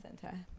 center